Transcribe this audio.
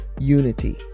Unity